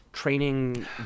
Training